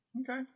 Okay